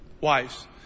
wives